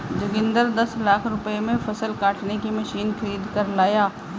जोगिंदर दस लाख रुपए में फसल काटने की मशीन खरीद कर लाया